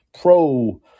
pro